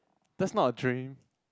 that's not a dream